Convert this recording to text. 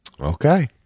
Okay